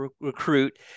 recruit